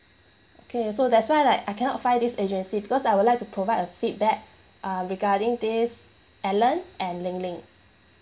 okay so that's why like I cannot find this agency because I would like to provide a feedback uh regarding this alan and lin lin